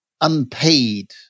unpaid